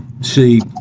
see